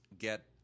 Get